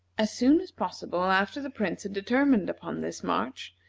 as soon as possible after the prince had determined upon this march,